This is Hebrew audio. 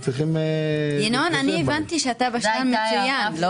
אני הבנתי שאתה בשלן מצוין.